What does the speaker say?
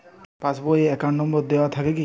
Pass বই এ account number দেওয়া থাকে কি?